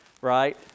right